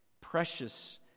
Precious